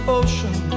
ocean